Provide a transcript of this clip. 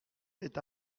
est